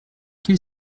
qu’il